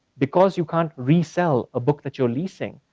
because you can't resell a book that you're leasing,